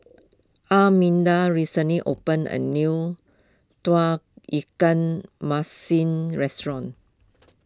Arminda recently opened a new Tauge Ikan Masin restaurant